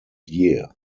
year